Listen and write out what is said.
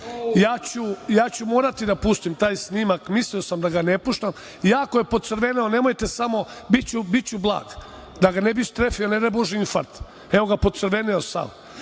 ću morati da pustim taj snimak. Mislio sam da ga ne puštam. Jako je pocrveneo, nemojte samo, biću blag da ga ne bi strefio ne daj bože infarkt. Evo pocrveneo